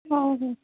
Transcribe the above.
हो हो